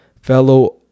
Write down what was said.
fellow